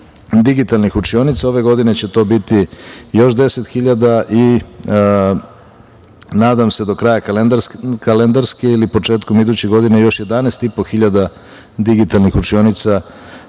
digitalnih učionica. Ove godine će to biti još 10.000 i, nadam se, do kraja kalendarske ili početkom iduće godine još 11.500 digitalnih učionica